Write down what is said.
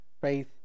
faith